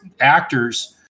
actors